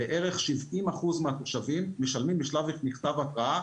בערך 70% מהתושבים משלמים בשלב מכתב ההתראה,